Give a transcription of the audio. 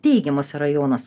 teigiamus yra jonus